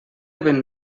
ben